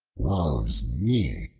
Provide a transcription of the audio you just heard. woe's me!